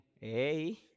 Hey